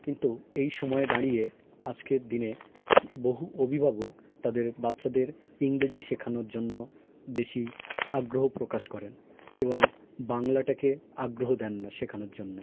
কিন্তু এই সময়ে দাঁড়িয়ে আজকের দিনে বহু অবিভাবক তাদের বাচ্ছাদের ইংরেজি শেখানোর জন্য বেশি আগ্রহ প্রকাশ করেন এবং বাংলাটাকে আগ্রহ দেন না শেখানোর জন্য